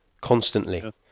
constantly